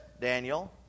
Daniel